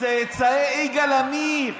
צאצאי יגאל עמיר.